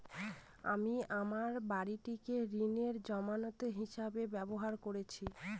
আমি আমার বাড়িটিকে ঋণের জামানত হিসাবে ব্যবহার করেছি